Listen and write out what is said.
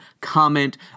comment